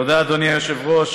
תודה, אדוני היושב-ראש.